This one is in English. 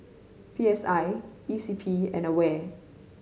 P S I E C P and AWARE